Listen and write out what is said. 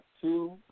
Two